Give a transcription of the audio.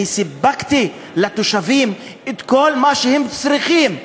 סיפקתי לתושבים את כל מה שהם צריכים,